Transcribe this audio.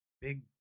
big